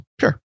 sure